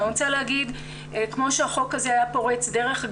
אני רוצה לומר שכמו שהחוק הזה היה פורץ דרך,